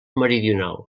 meridional